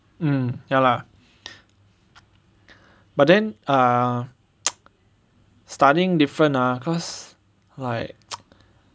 mm ya lah but then err studying different lah cause like